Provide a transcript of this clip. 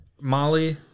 Molly